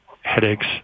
headaches